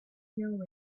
know